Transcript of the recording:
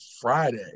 Friday